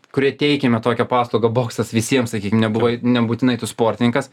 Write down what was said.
kurie teikiame tokią paslaugą boksas visiems sakykim nebuvai ne būtinai tu sportininkas